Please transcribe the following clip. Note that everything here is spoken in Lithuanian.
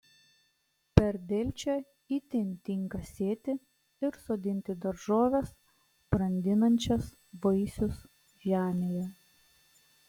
per delčią itin tinka sėti ir sodinti daržoves brandinančias vaisius žemėje